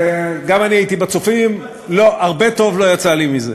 גם אני הייתי ב"צופים", הרבה טוב לא יצא לי מזה.